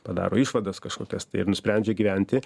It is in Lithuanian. padaro išvadas kažkokias tai ir nusprendžia gyventi